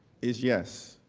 is yes.